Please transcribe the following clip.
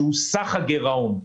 שהוא סך הגירעון,